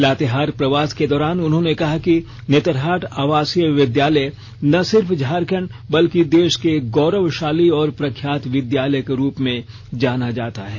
लातेहार प्रवास के दौरान उन्होंने कहा कि नेतरहाट आवासीय विद्यालय ना सिर्फ झारखंड बल्कि देश के गौरवशाली और प्रख्यात विद्यालय के रूप में जाना जाता है